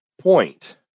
point